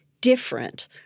different